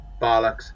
bollocks